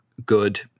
good